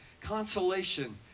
consolation